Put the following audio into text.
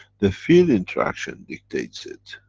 the field interaction dictates it,